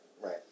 Right